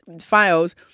files